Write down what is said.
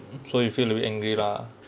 so you feel a bit angry lah